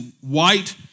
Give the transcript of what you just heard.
white